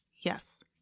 yes